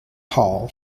paul